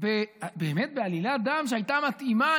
באמת בעלילת דם שהייתה מתאימה,